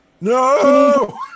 No